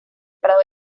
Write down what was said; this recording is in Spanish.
prado